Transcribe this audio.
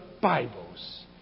Bibles